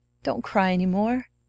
don't cry any more!